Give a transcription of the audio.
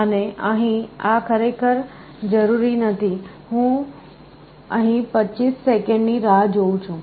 અને અહીં આ ખરેખર જરૂરી નથી હું 25 સેકંડ ની રાહ જોઉં છું